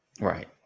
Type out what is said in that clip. Right